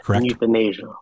euthanasia